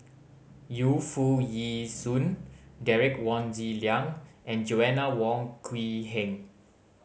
Yu Foo Yee Shoon Derek Wong Zi Liang and Joanna Wong Quee Heng